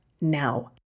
now